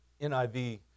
NIV